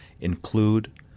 include